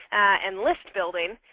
and list building,